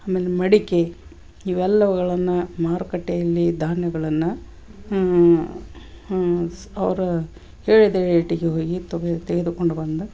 ಆಮೇಲೆ ಮಡಿಕೆ ಇವೆಲ್ಲವುಗಳನ್ನು ಮಾರುಕಟ್ಟೆಯಲ್ಲಿ ಧಾನ್ಯಗಳನ್ನು ಹಾಂ ಹಾಂ ಸ್ ಅವ್ರು ಹೇಳಿದ ರೇಟಿಗೆ ಹೋಗಿ ತೆಗೆ ತೆಗೆದುಕೊಂಡು ಬಂದು